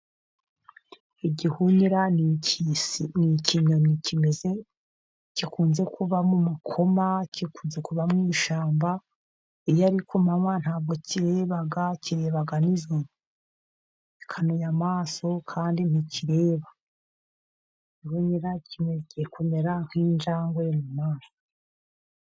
Igihunyira ini ikinyoni gikunze kuba m'umukoma, gikunze kuba mu ishyamba, iyo ari kumanwa ntabwo kireba, kireba nijoro, gikanuye amaso kandi ntikireba, kubera kigiye kumera nk'injangwe mumaso.